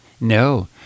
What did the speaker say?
No